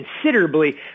considerably